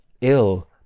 ill